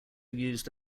used